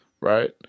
right